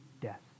death